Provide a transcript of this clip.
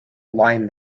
line